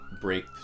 break